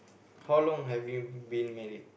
how long have you been married